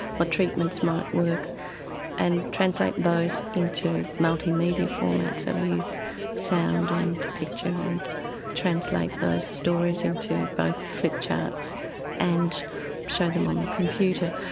what treatments might work and translate those into multimedia formats. so we use sound and picture, and translate those stories into both flip charts and show them on the computer.